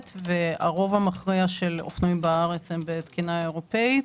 והרוב המכריע של אופנועים בארץ הם בתקינה אירופאית.